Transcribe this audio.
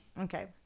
Okay